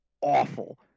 awful